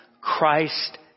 Christ